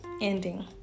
ending